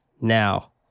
Now